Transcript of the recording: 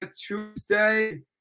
Tuesday